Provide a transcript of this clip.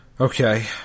Okay